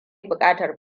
bukatar